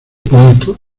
punto